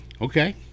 Okay